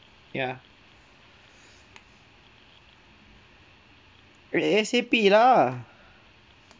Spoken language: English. ya A_S_A_P lah